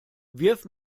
wirf